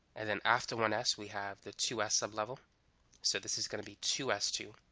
and then after one s we have the two s sublevel so this is gonna be two s two